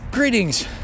Greetings